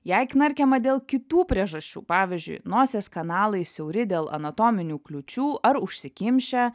jei knarkiama dėl kitų priežasčių pavyzdžiui nosies kanalai siauri dėl anatominių kliūčių ar užsikimšę